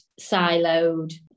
siloed